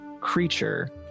creature